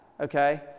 Okay